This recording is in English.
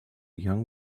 young